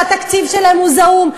שהתקציב שלהן הוא זעום.